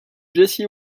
jessie